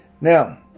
Now